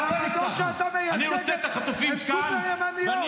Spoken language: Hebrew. העמדות שאתה מייצג הן סופר-ימניות.